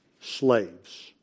slaves